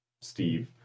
Steve